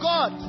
God